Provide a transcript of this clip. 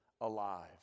alive